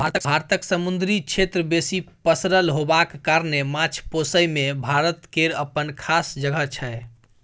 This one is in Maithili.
भारतक समुन्दरी क्षेत्र बेसी पसरल होबाक कारणेँ माछ पोसइ मे भारत केर अप्पन खास जगह छै